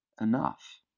enough